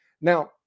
Now